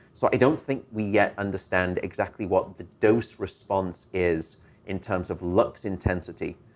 so i don't think we yet understand exactly what the dose response is in terms of lux intensity.